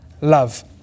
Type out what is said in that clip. love